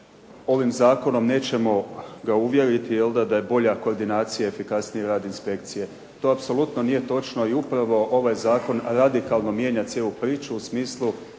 ovim zakonom nećemo ga uvjeriti da je bolja koordinacija i efikasniji rad inspekcije. To apsolutno nije točno i upravo ovaj zakon radikalno mijenja cijelu priču u smislu